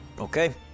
Okay